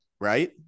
right